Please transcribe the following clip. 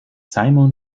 simon